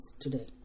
today